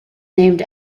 named